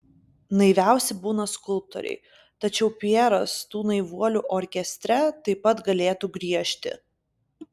naiviausi būna skulptoriai tačiau pjeras tų naivuolių orkestre taip pat galėtų griežti